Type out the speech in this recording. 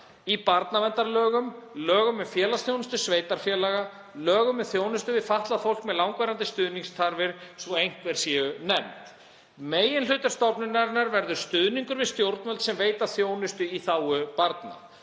í barnaverndarlögum, í lögum um félagsþjónustu sveitarfélaga, í lögum um þjónustu við fatlað fólk með langvarandi stuðningsþarfir, svo að einhver séu nefnd. Meginhlutverk stofnunarinnar verður stuðningur við stjórnvöld sem veita þjónustu í þágu barna.